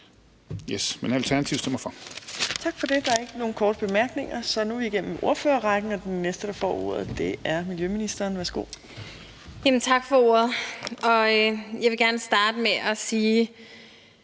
Tak for det. Der er ikke nogen korte bemærkninger. Så nu er vi igennem ordførerrækken, og den næste, der får ordet, er miljøministeren. Værsgo. Kl. 13:55 Miljøministeren (Lea